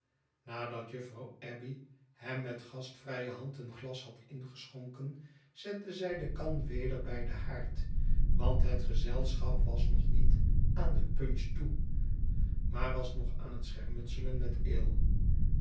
nadat juffrouw abbey hem met gastvrije hand een glas had ingeschonken zette zij de kan weder bij den haard want het gezelschap was nog niet aan de punch toe maar was nog aan het schermutselen met ale